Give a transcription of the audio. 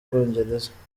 bwongereza